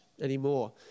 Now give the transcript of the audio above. anymore